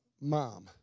mom